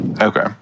Okay